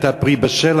אתה פרי בשל,